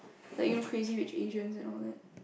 like you know Crazy-Rich-Asians and all that